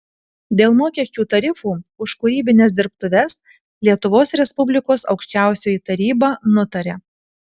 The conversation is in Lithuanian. dėl mokesčių tarifų už kūrybines dirbtuves lietuvos respublikos aukščiausioji taryba nutaria